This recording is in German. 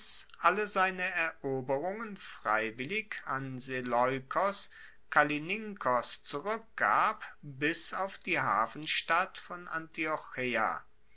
alle seine eroberungen freiwillig an seleukos kallinikos zurueckgab bis auf die hafenstadt von